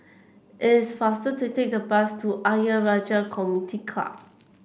it's faster to take the bus to Ayer Rajah Community Club